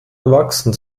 erwachsen